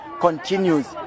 continues